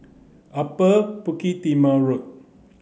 Upper Bukit Timah Road